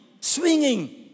swinging